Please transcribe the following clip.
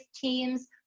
teams